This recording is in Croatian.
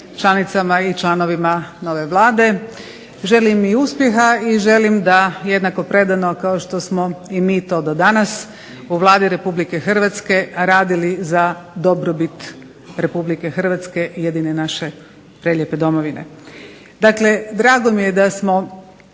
članicama i članovima nove Vlade, želim i uspjeha i želim da jednako predano kao što smo i mi to do danas u Vladi Republike Hrvatske radili za dobrobit Republike Hrvatske, jedine naše prelijepe domovine. Dakle drago mi je da smo